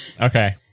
Okay